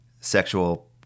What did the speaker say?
sexual